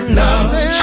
love